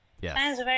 yes